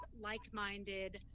like-minded